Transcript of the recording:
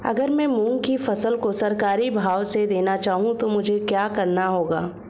अगर मैं मूंग की उपज को सरकारी भाव से देना चाहूँ तो मुझे क्या करना होगा?